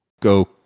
go